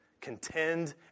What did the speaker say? Contend